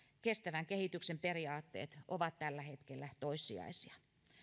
kestävän kehityksen periaatteet ovat tällä hetkellä toissijaisia